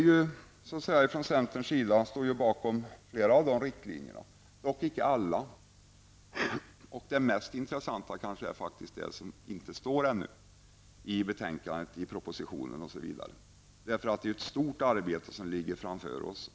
Vi i centern står bakom flera av dessa riktlinjer -- dock inte alla. Det kanske mest intressanta är faktiskt det som inte ännu står i betänkandet, propositionen osv. Det är ett stort arbete som ligger framför oss.